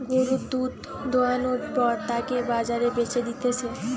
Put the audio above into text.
গরুর দুধ দোহানোর পর তাকে বাজারে বেচে দিতেছে